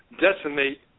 decimate